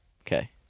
Okay